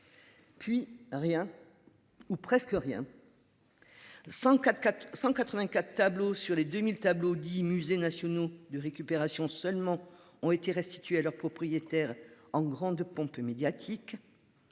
Puis rien. Ou presque rien. 104 484 tableaux sur les 2000 tableau 10 musées nationaux de récupération seulement ont été restitués à leurs propriétaires en grande pompe médiatique.